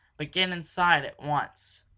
but get inside at once!